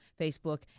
Facebook